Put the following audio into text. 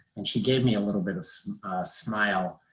and she gave me a little bit of a smile.